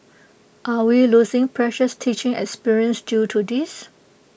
are we losing precious teaching experience due to this